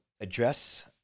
address